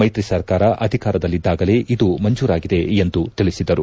ಮೈತ್ರಿ ಸರ್ಕಾರ ಅಧಿಕಾರದಲ್ಲಿದ್ದಾಗಲೇ ಇದು ಮಂಜೂರಾಗಿದೆ ಎಂದು ತಿಳಿಸಿದರು